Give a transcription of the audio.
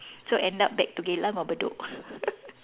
so end up back to Geylang or Bedok